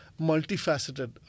multifaceted